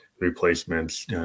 Replacements